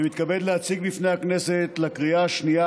התשע"ח 2018. יציג את הצעת